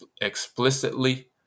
explicitly